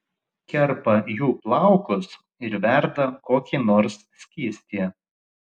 kerpa jų plaukus ir verda kokį nors skystį